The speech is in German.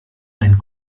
ein